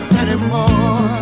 anymore